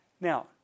Now